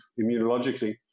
immunologically